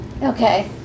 Okay